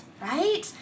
right